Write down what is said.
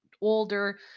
older